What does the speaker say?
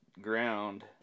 ground